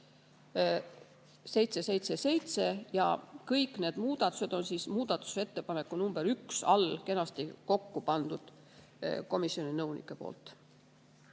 777 ja kõik need muudatused on muudatusettepaneku nr 1 all kenasti kokku pandud komisjoni nõunike poolt.